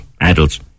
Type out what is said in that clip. adults